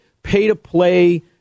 pay-to-play